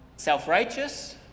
self-righteous